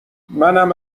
منم